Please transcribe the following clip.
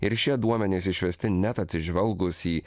ir šie duomenys išvesti net atsižvelgus į